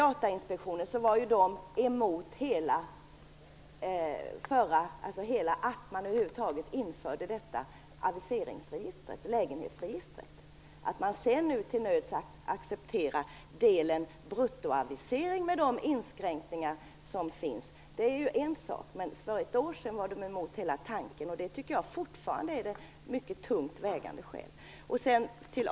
Datainspektionen var ju emot att man över huvud taget införde aviseringsregistret och lägenhetsregistret. Att man sedan till nöds har accepterat bruttoavisering med de inskränkningar som har gjorts är en sak, men för ett år sedan var man emot hela tanken. Detta är fortfarande ett mycket tungt vägande skäl.